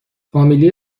فامیلی